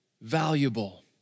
valuable